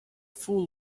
fool